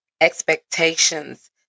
expectations